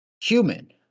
human